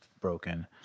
broken